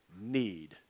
need